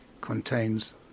contains